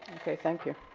okay, thank you.